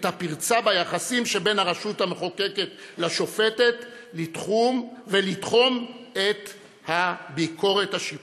את הפרצה ביחסים שבין הרשות המחוקקת לשופטת ולתחום את הביקורת השיפוטית,